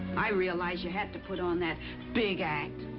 i realize you had to put on that big act.